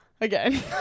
again